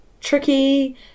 tricky